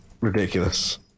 ridiculous